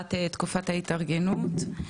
ההארכת תקופת ההתארגנות,